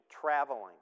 traveling